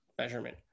measurement